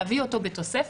להביא אותו בתוספת